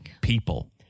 people